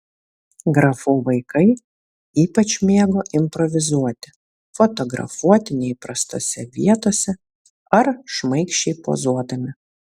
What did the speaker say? grafų vaikai ypač mėgo improvizuoti fotografuoti neįprastose vietose ar šmaikščiai pozuodami